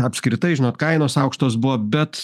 apskritai žinot kainos aukštos buvo bet